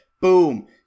Boom